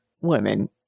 women